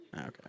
Okay